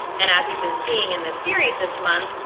and as you've been seeing in this series this month,